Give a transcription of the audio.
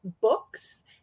books